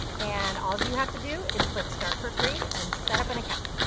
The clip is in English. and alls you have to do is click start for free and set up an account.